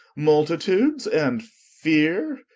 multitudes, and feare?